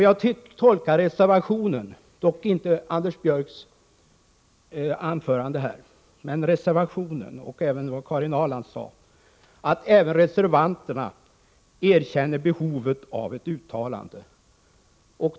Jag tolkar reservationen och det som Karin Ahrland anförde, dock inte Anders Björcks anförande här, på ett sådant sätt att även reservanterna erkänner behovet av ett uttalande.